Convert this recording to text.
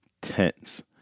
tense